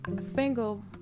single